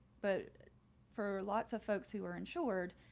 but for lots of folks who are insured,